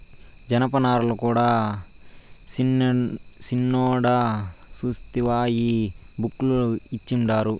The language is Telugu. జనపనారల కూడా సిన్నోడా సూస్తివా ఈ బుక్ ల ఇచ్చిండారు